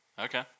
Okay